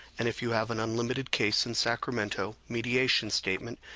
and, if you have an unlimited case in sacramento, mediation statement,